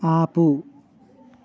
ఆపు